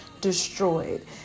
destroyed